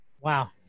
Wow